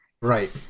Right